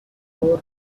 lower